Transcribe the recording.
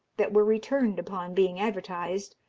that were returned upon being advertised,